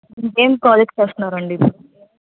మీరు ఏమి కాలేజ్కి వస్తున్నారా అండి మీరు